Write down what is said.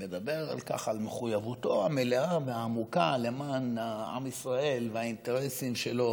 ומדבר על מחויבותו המלאה והעמוקה למען עם ישראל והאינטרסים שלו,